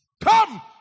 Come